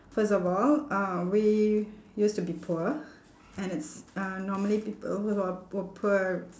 first of all uh we used to be poor and it's uh normally people who are were poor